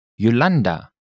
Yolanda